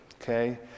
Okay